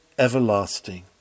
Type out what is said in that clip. everlasting